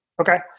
Okay